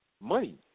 money